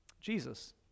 Jesus